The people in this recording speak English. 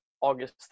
August